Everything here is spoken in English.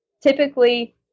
typically